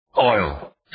Oil